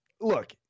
look